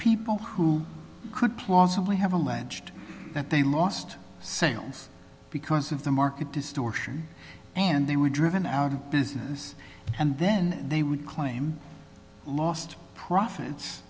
people who could plausibly have alleged that they lost sales because of the market distortion and they were driven out of business and then they would claim lost profits